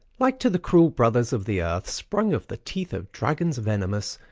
like to the cruel brothers of the earth, sprung of the teeth of dragons venomous,